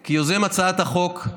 כי יוזם הצעת החוק,